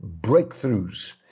breakthroughs